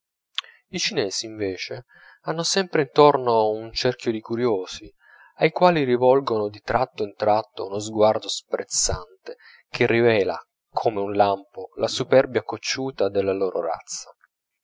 i chinesi invece hanno sempre intorno un cerchio di curiosi ai quali rivolgono di tratto in tratto uno sguardo sprezzante che rivela come un lampo la superbia cocciuta della loro razza